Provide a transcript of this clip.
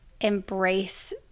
embrace